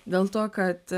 dėl to kad